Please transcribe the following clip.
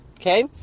okay